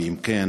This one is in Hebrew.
2. אם כן,